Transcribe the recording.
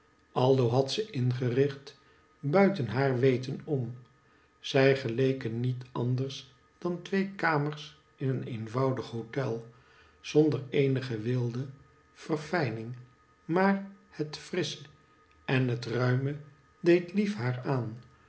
aldo had ze ingericht buiten haar weten om zij geleken niet anders dan twee kamers in een eenvoudig hotel zonder eenige weelde verfijning maar het frissche en het mime deed lief haar aan